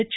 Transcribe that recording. H